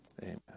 Amen